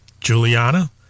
Juliana